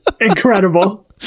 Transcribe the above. Incredible